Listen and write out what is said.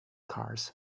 cars